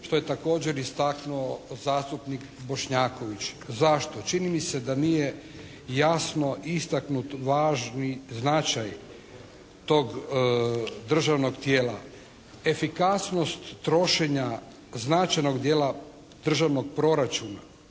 što je također istaknuo zastupnik Bošnjaković. Zašto? Čini mi se da nije jasno istaknut važni značaj tog državnog tijela. Efikasnost trošenja značajnog dijela državnog proračuna